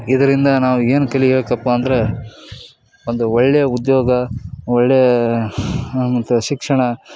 ಇದರಿಂದ ನಾವು ಏನು ಕಲಿಬೇಕಪ್ಪ ಅಂದರೆ ಒಂದು ಒಳ್ಳೆ ಉದ್ಯೋಗ ಒಳ್ಳೆ ಹಾಂ ಮತ್ತು ಶಿಕ್ಷಣ